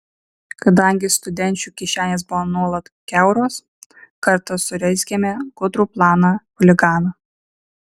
kadangi studenčių kišenės buvo nuolat kiauros kartą surezgėme gudrų planą chuliganą